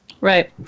right